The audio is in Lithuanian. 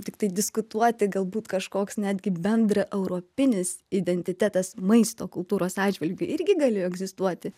tiktai diskutuoti galbūt kažkoks netgi bendr europinis identitetas maisto kultūros atžvilgiu irgi galėjo egzistuoti